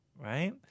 right